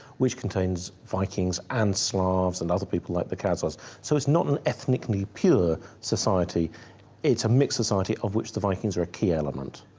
which contains vikings and slavs and other people like the kazars so it's not an ethnically pure society it's a mixed society of which the vikings are a key element.